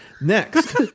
Next